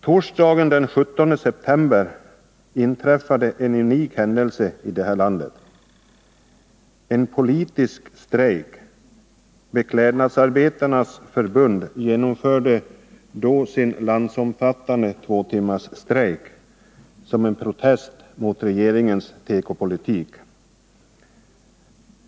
Torsdagen den 17 september inträffade en unik händelse i det här landet: en politisk strejk. Beklädnadsarbetarnas förbund genomförde då sin landsomfattande tvåtimmarsstrejk som en protest mot regeringens tekopolitik.